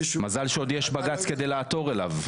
מזל שיש עוד בגץ כדי לעתור אליו.